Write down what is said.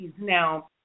Now